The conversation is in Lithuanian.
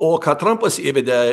o ką trampas įvedė